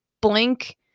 blank